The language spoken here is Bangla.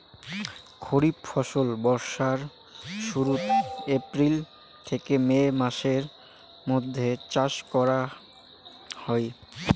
খরিফ ফসল বর্ষার শুরুত, এপ্রিল থেকে মে মাসের মৈধ্যত চাষ করা হই